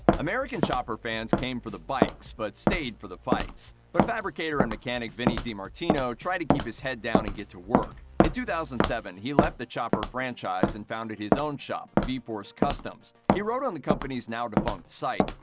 american chopper fans came for the bikes but stayed for the fights. but fabricator and mechanic vinnie dimartino tried to keep his head down and get to work. in two thousand and seven, he left the chopper franchise, and founded his own shop, vforcecustoms. he wrote on the company's now defunct site,